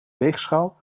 weegschaal